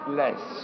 less